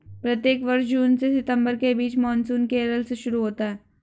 प्रत्येक वर्ष जून से सितंबर के बीच मानसून केरल से शुरू होता है